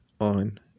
on